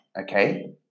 Okay